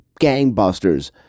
gangbusters